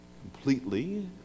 completely